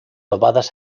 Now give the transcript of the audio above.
ovadas